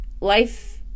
life